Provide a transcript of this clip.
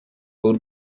bull